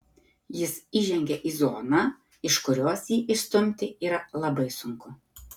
jis įžengia į zoną iš kurios jį išstumti yra labai sunku